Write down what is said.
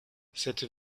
cette